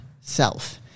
self